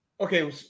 Okay